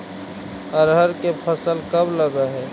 अरहर के फसल कब लग है?